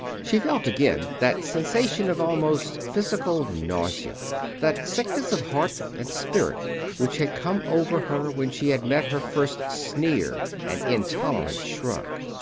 she felt again that sensation of almost physical nausea that sickness of heart and spirit which had come over her when she had met her first sneer and intolerant shrug.